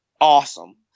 Awesome